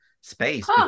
space